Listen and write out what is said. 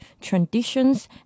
traditions